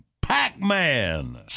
Pac-Man